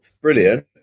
Brilliant